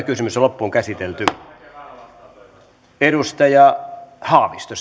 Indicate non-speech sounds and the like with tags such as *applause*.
*unintelligible* kysymys edustaja haavisto *unintelligible*